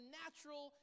natural